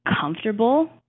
comfortable